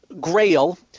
grail